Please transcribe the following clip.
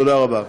תודה רבה.